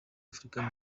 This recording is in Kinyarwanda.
africa